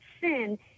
sin